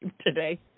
today